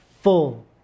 full